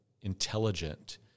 intelligent